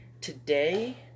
Today